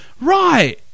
Right